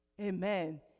Amen